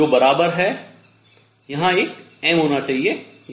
जो बराबर है यहाँ एक m होना चाहिए यह mv होना चाहिए